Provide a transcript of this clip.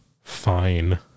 fine